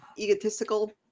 egotistical